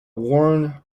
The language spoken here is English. worn